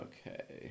Okay